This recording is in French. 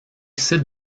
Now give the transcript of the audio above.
site